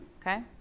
Okay